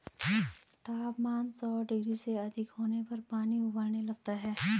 तापमान सौ डिग्री से अधिक होने पर पानी उबलने लगता है